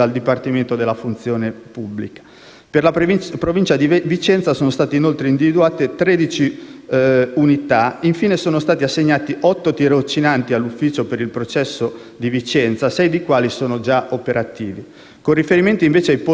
Per la Provincia di Vicenza sono state inoltre individuate tredici unità. Infine, sono stati assegnati otto tirocinanti all'ufficio per il processo di Vicenza, sei dei quali sono già operativi. Con riferimento, invece, alle questioni poste dal